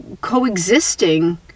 coexisting